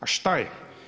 A šta je?